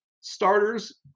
starters